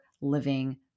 living